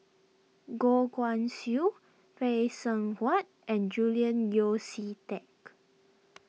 Goh Guan Siew Phay Seng Whatt and Julian Yeo See Teck